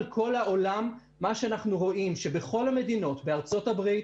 מה שאנחנו רואים הוא שבכל המדינות בארצות-הברית,